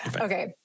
Okay